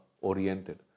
oriented